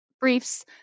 briefs